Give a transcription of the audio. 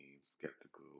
skeptical